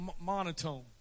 monotone